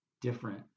different